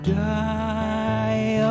die